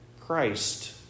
Christ